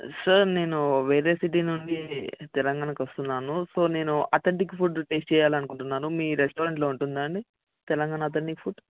sir నేను వేరే city నుండి తెలంగాణకు వస్తున్నాను సో నేను అథంటిక్ ఫుడ్ టేస్ట్ చేయాలని అనుకుంటున్నాను మీ రెస్టారెంట్లో ఉంటుందా అండి తెలంగాణ అథంటిక్ ఫుడ్